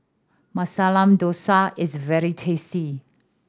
Masala Dosa is very tasty